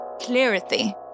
clarity